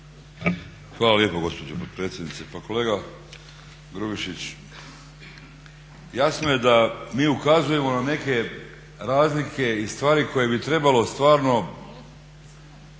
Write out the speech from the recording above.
Hvala lijepo gospođo potpredsjednice. Pa kolega Grubišić, jasno je da mi ukazujemo na neke razlike i stvari koje bi trebalo stvarno